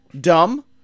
dumb